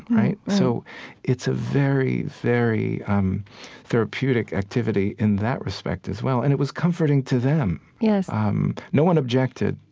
right? so it's a very, very um therapeutic activity in that respect as well. and it was comforting to them yes um no one objected.